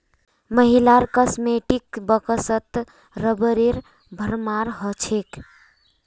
महिलार कॉस्मेटिक्स बॉक्सत रबरेर भरमार हो छेक